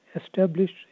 established